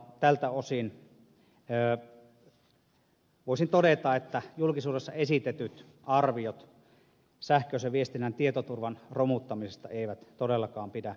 tältä osin voisin todeta että julkisuudessa esitetyt arviot sähköisen viestinnän tietoturvan romuttamisesta eivät todellakaan pidä paikkaansa